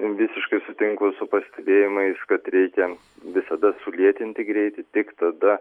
visiškai sutinku su pastebėjimais kad reikia visada sulėtinti greitį tik tada